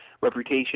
reputation